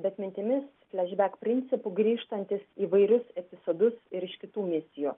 bet mintimis flešbek principu grįžtantis įvairius epizodus ir iš kitų misijų